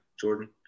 Jordan